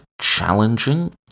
challenging